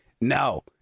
no